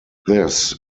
this